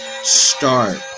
start